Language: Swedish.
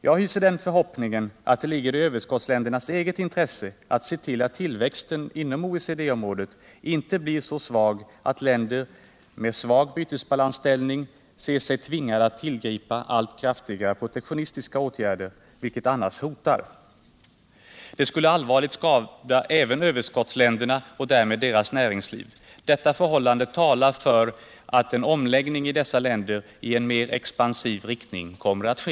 Jag hyser den förhoppningen att det ligger i överskottsländernas eget intresse att se till att tillväxten inom OECD-området inte blir så svag att länder med svag bytesbalansställning scr sig tvingade att tillgripa allt kraftigare protektionistiska åtgärder —- vilket annars hotar. Det skulle allvarligt skada även överskottsländerna och därmed deras näringsliv. Detta förhållande talar för att en omläggning i dessa länder i en mer expansiv riktning kommer alt ske.